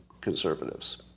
conservatives